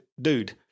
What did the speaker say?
dude